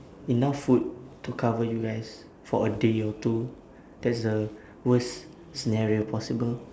enough food to cover you guys for a day or two that's the worst scenario possible